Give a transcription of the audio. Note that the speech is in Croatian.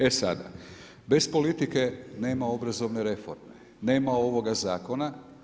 E sada, bez politike nema obrazovne reforme, nema ovoga zakona.